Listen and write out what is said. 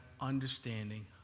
understanding